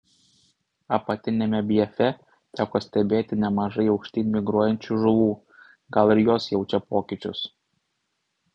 apatiniame bjefe teko stebėti nemažai aukštyn migruojančių žuvų gal ir jos jaučia pokyčius